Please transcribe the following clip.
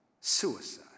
suicide